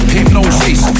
Hypnosis